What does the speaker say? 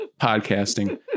podcasting